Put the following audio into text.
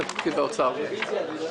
האוצר.